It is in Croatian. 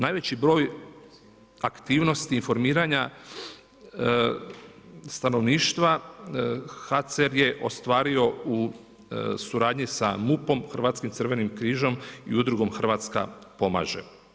Najveći broj aktivnosti informiranja stanovništva HCR je ostvario u suradnji sa MUP-om, Hrvatskim crvenim križem i Udrugom Hrvatska pomaže.